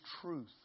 truth